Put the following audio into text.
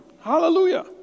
Hallelujah